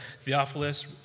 Theophilus